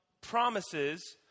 promises